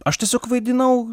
aš tiesiog vaidinau